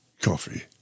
coffee